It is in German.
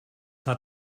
hat